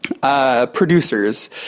Producers